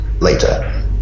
later